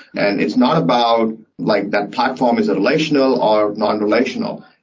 and it's not about like that platform is a relational, or non-relational.